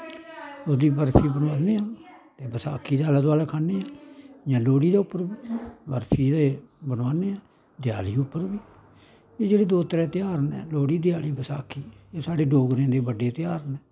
ओह्दी बर्फी बनान्ने आं ते बसाखी दा आलै दोआलै खन्ने आं जां लोह्ड़ी दे उप्पर बी बर्फी ते बनोआने आं देआली उप्पर बी जेह्ड़े दो त्रै तेहार न लोह्ड़ी देआली बसाखी एह् साढ़े डोगरें दे बड्डे तेहार न